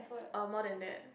err more than that